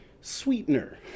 sweetener